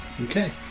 Okay